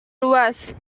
luas